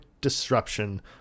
disruption